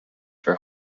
for